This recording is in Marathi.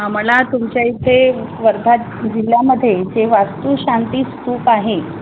मला तुमच्या इथे वर्धा जिल्ह्यामध्ये जे वास्तूशांती स्तूप आहे